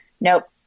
nope